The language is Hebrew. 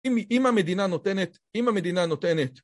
אם המדינה נותנת.. אם המדינה נותנת.